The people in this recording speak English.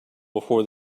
before